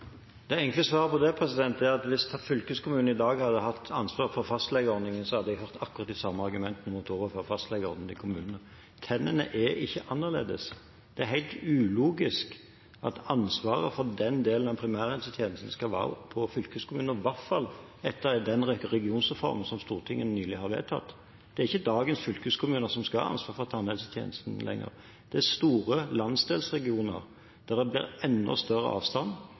Det enkle svaret på det er at hvis fylkeskommunene i dag hadde hatt ansvaret for fastlegeordningen, hadde vi fått akkurat de samme argumentene mot å overføre fastlegeordningen til kommunene. Tennene er ikke annerledes. Det er helt ulogisk at ansvaret for den delen av primærhelsetjenesten skal være hos fylkeskommunene, i hvert fall etter den regionreformen som Stortinget nylig har vedtatt. Det er ikke lenger dagens fylkeskommuner som skal ha ansvaret for tannhelsetjenesten. Det er store landsdelsregioner, der det blir enda større avstand